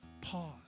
Pause